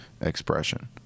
expression